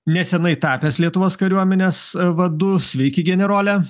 neseniai tapęs lietuvos kariuomenės vadu sveiki generole